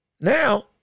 Now